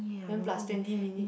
then plus twenty minute